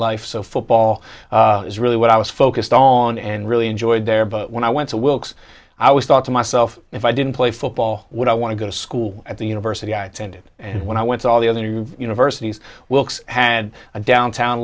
life so football is really what i was focused on and really enjoyed there but when i went to wilkes i was thought to myself if i didn't play football would i want to go to school at the university i attended and when i went to all the other universities wilks had a downtown